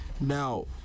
Now